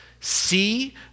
see